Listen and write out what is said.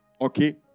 Okay